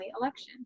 election